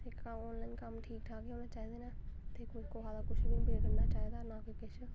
on line कम्म ठीक ठीक गै होने चाहिदे न ते कुसा दा कुछ बी निं बिगड़ना चाहिदा ना कुछ